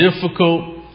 difficult